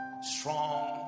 strong